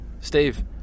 Steve